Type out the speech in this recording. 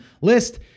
list